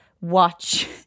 watch